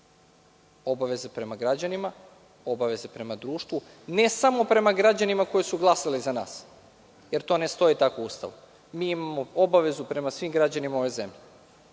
obaveze prema građanima, obaveze prema društvu. Nemamo obaveze samo prema građanima koji su glasali za nas, jer ne stoji tako u Ustavu. Mi imamo obavezu prema svim građanima ove zemlje.